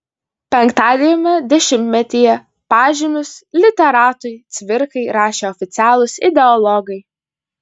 penktajame dešimtmetyje pažymius literatui cvirkai rašė oficialūs ideologai